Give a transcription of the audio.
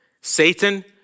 Satan